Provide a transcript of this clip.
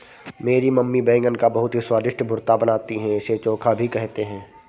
मेरी मम्मी बैगन का बहुत ही स्वादिष्ट भुर्ता बनाती है इसे चोखा भी कहते हैं